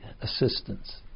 assistance